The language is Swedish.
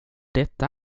detta